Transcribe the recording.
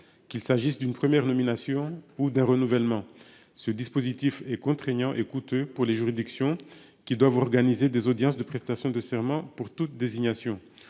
qu'il s'agisse d'une première nomination ou d'un renouvellement. Ce dispositif est contraignant et coûteux pour les juridictions qui doivent organiser des audiences de prestation de serment pour toute désignation